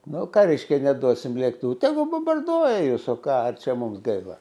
nu ką reiškia neduosim lėktuvų tegu bombarduoja jus o ką čia mums gaila